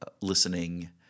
listening